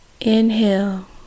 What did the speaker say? Inhale